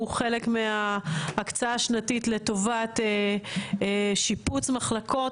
חלק מההקצאה השנתית לטובת שיפוץ מחלקות,